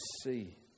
see